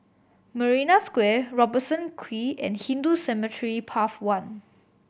Marina Square Robertson Quay and Hindu Cemetery Path One